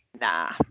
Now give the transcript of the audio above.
Nah